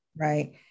Right